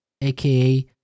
aka